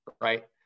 Right